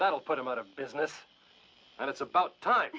that'll put him out of business and it's about time